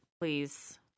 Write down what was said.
please